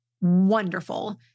wonderful